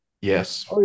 yes